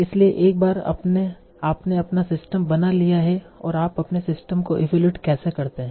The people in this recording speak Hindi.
इसलिए एक बार आपने अपना सिस्टम बना लिया है और आप अपने सिस्टम को इवेलुएट कैसे करते हैं